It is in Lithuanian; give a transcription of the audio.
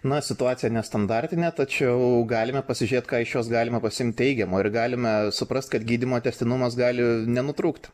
na situacija nestandartinė tačiau galime pasižiūrėt ką iš jos galima pasiimti teigiamo ir galime suprast kad gydymo tęstinumas gali nenutrūkt